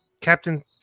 Captain